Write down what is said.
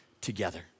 together